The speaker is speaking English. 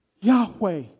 Yahweh